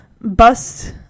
bus